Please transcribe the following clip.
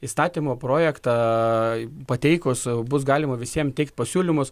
įstatymo projektą pateikus bus galima visiem teikt pasiūlymus